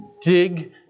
dig